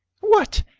what!